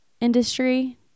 industry